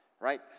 right